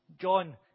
John